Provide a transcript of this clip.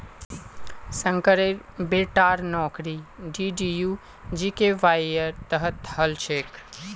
शंकरेर बेटार नौकरी डीडीयू जीकेवाईर तहत हल छेक